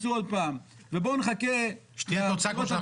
עוד פעם ובואו נחכה --- שתהיה תוצאה כמו שאנחנו רוצים.